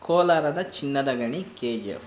ಕೋಲಾರದ ಚಿನ್ನದ ಗಣಿ ಕೆ ಜಿ ಎಫ್